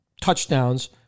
touchdowns